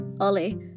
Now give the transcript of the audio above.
ollie